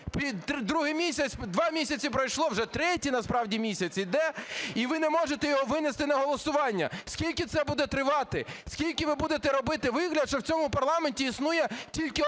два місяці пройшло, вже третій, насправді, місяць іде, і ви не можете його винести на голосування. Скільки це буде тривати? Скільки ви будете робити вигляд, що в цьому парламенті існує тільки одна